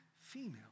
female